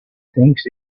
thinks